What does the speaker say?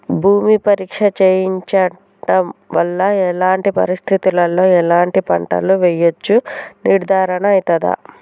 భూమి పరీక్ష చేయించడం వల్ల ఎలాంటి పరిస్థితిలో ఎలాంటి పంటలు వేయచ్చో నిర్ధారణ అయితదా?